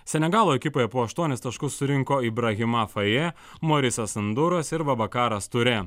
senegalo ekipoje po aštuonis taškus surinko ibrahima fajė morisas anduros ir vabakaras ture